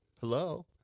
Hello